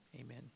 Amen